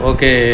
Okay